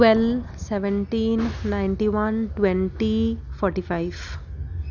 twelve seventeen ninety one twenty forty five